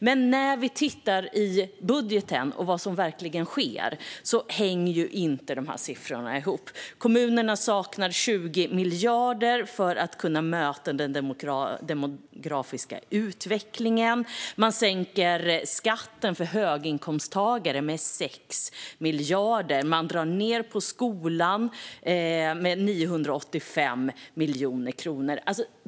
Men när vi tittar på vad som verkligen sker i budgeten kan vi se att siffrorna inte hänger ihop. Kommunerna saknar 20 miljarder för att möta den demografiska utvecklingen. Man sänker skatten för höginkomsttagare med 6 miljarder. Man drar ned på skolan med 985 miljoner kronor.